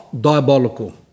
diabolical